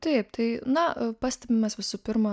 taip tai na pastebimas visų pirma